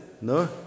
No